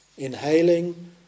Inhaling